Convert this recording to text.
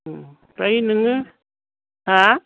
ओम ओमफ्राय नोङो हा